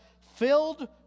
filled